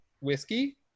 whiskey